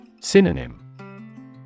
Synonym